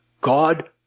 God